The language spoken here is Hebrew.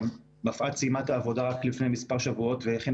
מפא"ת סיימה את העבודה רק לפני מספר שבועות והכינה